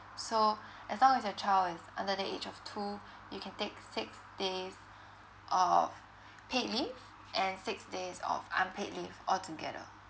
so as long as your child is under the age of two you can take six days of paid leave and six days of unpaid leave altogether